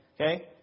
Okay